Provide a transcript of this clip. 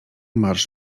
marsz